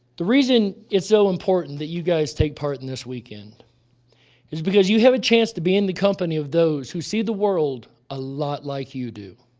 the reason it's so important that you guys take part in this weekend is because you have a chance to be in the company of those who see the world a lot like you do.